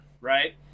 Right